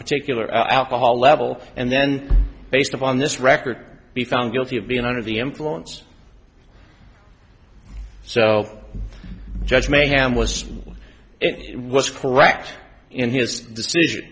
particular alcohol level and then based upon this record be found guilty of being under the influence so judge mayhem was all it was correct in his decision